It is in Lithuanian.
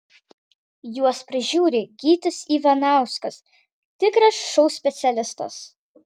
juos prižiūri gytis ivanauskas tikras šou specialistas